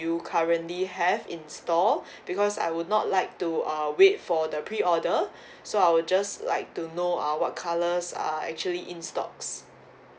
currently have in store because I would not like to uh wait for the pre order so I will just like to know uh what colours are actually in stocks